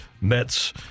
mets